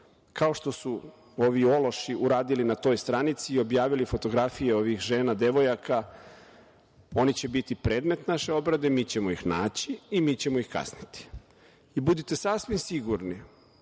kao što su ovi ološi uradili na toj stranici i objavili fotografije ovih žena i devojaka. Oni će biti predmet naše obrade, mi ćemo ih naći i mi ćemo ih kazniti. Buditi sasvim sigurni